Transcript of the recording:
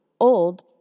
Old